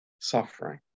suffering